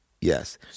Yes